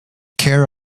care